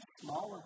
smaller